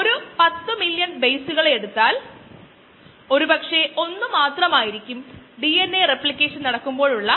സാധാരണ നമുക്ക് വേണ്ട സബ്സ്ട്രേറ്റിന് മറ്റ് സബ്സ്ട്രേറ്റുകളേക്കാളും